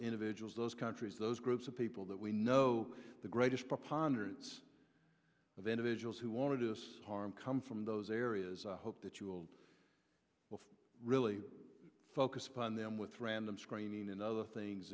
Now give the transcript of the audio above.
individuals those countries those groups of people that we know the greatest preponderance of individuals who want to do this harm come from those areas i hope that you will really focus upon them with random screening and other things